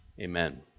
Amen